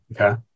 Okay